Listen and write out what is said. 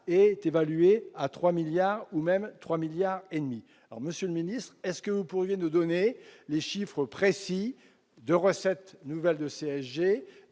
est évalué à 3 milliards ou même 3 milliards et demi alors Monsieur le Ministre est-ce que vous pourriez nous donner les chiffres précis de recettes nouvelles de CSG